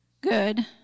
good